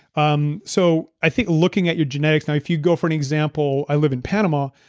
um so i think looking at your genetics now, if you'd go for an example, i live in panama.